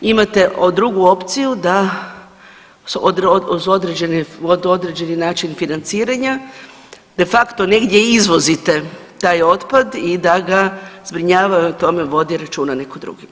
Imate drugu opciju da uz određeni način financiranja de facto negdje izvozite taj otpad i da ga zbrinjava i o tome vodi računa netko drugi.